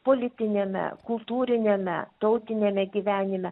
politiniame kultūriniame tautiniame gyvenime